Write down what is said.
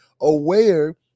aware